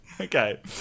Okay